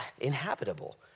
inhabitable